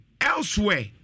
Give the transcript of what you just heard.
elsewhere